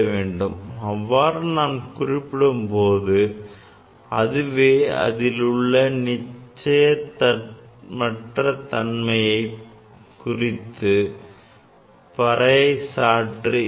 நாம் இவ்வாறு குறிப்பிடும்போது அதுவே அதில் உள்ள நிலையற்ற தன்மை குறித்து பறைசாற்றி விடும்